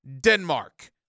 Denmark